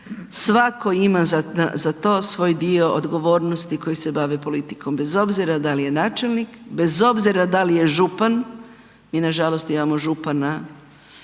svako ima za to svoj dio odgovornosti koji se bave politikom, bez obzira da li je načelnik, bez obzira da li je župan, mi nažalost imamo župana